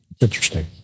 Interesting